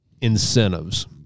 incentives